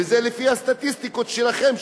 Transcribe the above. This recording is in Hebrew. וזה לפי הסטטיסטיקות שלכם,